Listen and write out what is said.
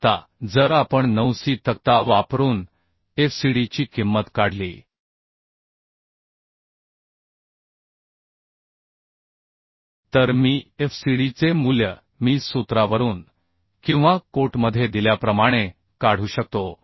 आता जर आपण 9c तक्ता वापरून FCD ची किंमत काढली तर मी FCD चे मूल्य मी सूत्रावरून किंवा कोट मधे दिल्याप्रमाणे काढू शकतो